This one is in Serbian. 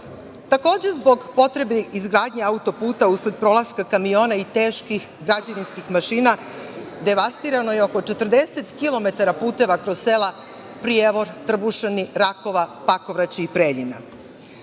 Takođe, zbog potrebe izgradnje autoputa, usled prolaska kamiona i teških građevinskih mašina, devastirano je oko 40 kilometara puteva kroz sela Prijevor, Trbušani, Rakova, Pakovraće i Preljina. Svesni